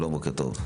שלום, בוקר טוב.